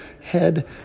head